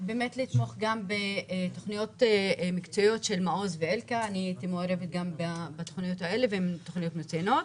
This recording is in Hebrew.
לתמוך גם בתוכניות מקצועיות של מעוז שהן מצוינות.